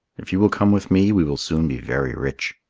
if you will come with me, we will soon be very rich.